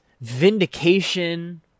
vindication